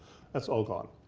that's all gone.